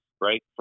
right